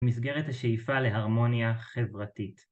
מסגרת השאיפה להרמוניה חברתית.